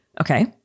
Okay